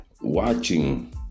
watching